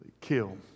kill